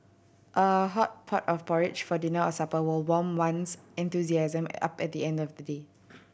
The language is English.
a hot pot of porridge for dinner or supper will warm one's enthusiasm up at the end of a day